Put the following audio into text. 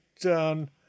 done